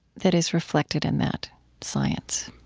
that is reflected in that science?